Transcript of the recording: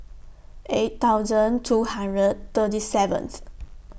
eight thousand two hundred thirty seventh